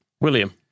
William